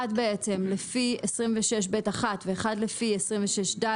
אחד לפי 26ב(1) ואחד לפי 26ד